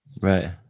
right